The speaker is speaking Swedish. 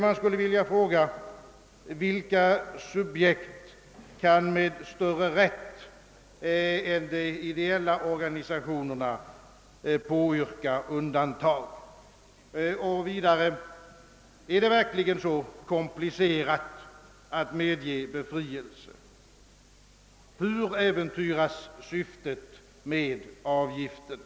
Man skulle vilja fråga vilka subjekt som med större rätt än de ideella organisationerna kan påyrka undantag. Och vidare: Är det verkligen så komplicerat att medge befrielse? Hur äventyras syftet med avgiften?